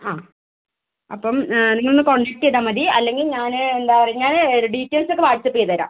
ആ അപ്പം നിങ്ങൾ ഒന്ന് കോൺടാക്ട് ചെയ്താൽ മതി അല്ലെങ്കിൽ ഞാൻ എന്താണ് പറയുക ഞാൻ ഡീറ്റെയിൽസ് ഒക്കെ വാട്ട്സ്ആപ്പ് ചെയ്തുതരാം